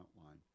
outline